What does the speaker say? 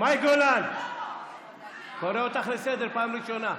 מאי גולן, אני קורא אותך לסדר פעם ראשונה.